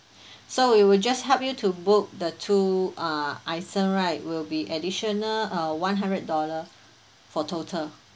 so we will just help you to book the two uh item right will be additional uh one hundred dollar for total